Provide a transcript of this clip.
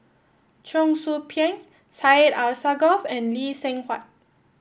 Cheong Soo Pieng Syed Alsagoff and Lee Seng Huat